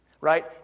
Right